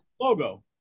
logo